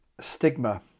stigma